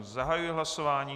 Zahajuji hlasování.